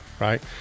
right